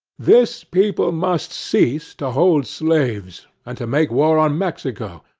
this people must cease to hold slaves, and to make war on mexico,